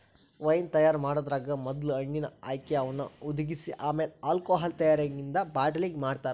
wine ತಯಾರ್ ಮಾಡೋದ್ರಾಗ ಮೊದ್ಲ ಹಣ್ಣಿನ ಆಯ್ಕೆ, ಅವನ್ನ ಹುದಿಗಿಸಿ ಆಮೇಲೆ ಆಲ್ಕೋಹಾಲ್ ತಯಾರಾಗಿಂದ ಬಾಟಲಿಂಗ್ ಮಾಡ್ತಾರ